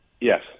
Yes